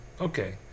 Okay